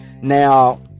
now